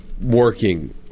working